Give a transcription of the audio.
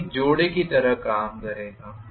तो यह एक जोड़े की तरह काम करेगा